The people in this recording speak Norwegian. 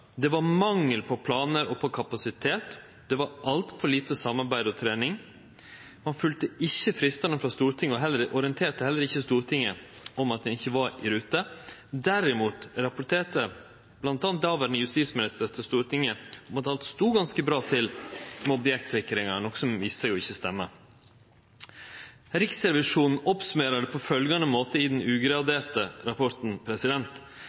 det var mangel på planar og på kapasitet, det var altfor lite samarbeid og trening, ein følgde ikkje fristane frå Stortinget og orienterte heller ikkje Stortinget om at ein ikkje var i rute. Derimot rapporterte bl.a. dåverande justisminister til Stortinget om at alt sto ganske bra til med objektsikringa, noko som viste seg ikkje å stemme. Riksrevisjonen summerer det opp på følgjande måte i den ugraderte rapporten: